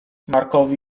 markowi